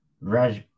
Raj